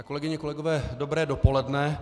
Kolegyně, kolegové, dobré dopoledne.